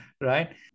right